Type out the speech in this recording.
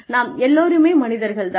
நாம் எல்லோருமே மனிதர்கள் தான்